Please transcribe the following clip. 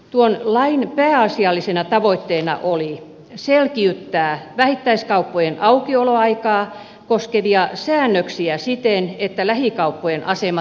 tuon lain pääasiallisena tavoitteena oli selkeyttää vähittäiskauppojen aukioloaikaa koskevia säännöksiä siten että lähikauppojen asema turvattaisiin